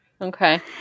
Okay